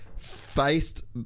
faced